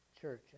church